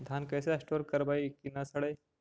धान कैसे स्टोर करवई कि न सड़ै?